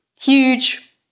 huge